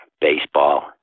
baseball